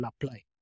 apply